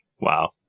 Wow